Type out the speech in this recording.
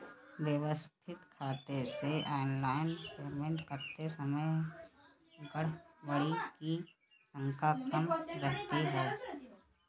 व्यवस्थित खाते से ऑनलाइन पेमेंट करते समय गड़बड़ी की आशंका कम रहती है